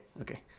okay